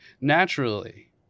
naturally